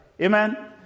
amen